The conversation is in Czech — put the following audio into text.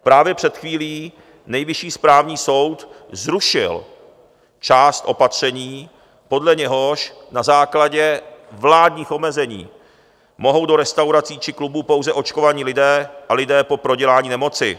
Právě před chvílí Nejvyšší správní soud zrušil část opatření, podle něhož na základě vládních omezení mohou do restaurací či klubů pouze očkovaní lidé a lidé po prodělání nemoci.